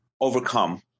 overcome